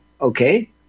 Okay